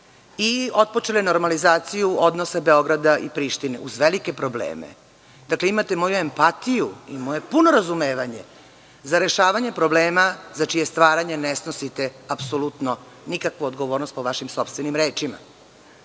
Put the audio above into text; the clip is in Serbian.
i otpočeli normalizaciju odnosa Beograda i Prištine uz velike probleme. Dakle, imate moju empatiju i moje puno razumevanje za rešavanje problema za čije stvaranje ne snosite apsolutno nikakvu odgovornost po vašim sopstvenim rečima,